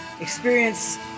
experience